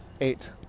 eight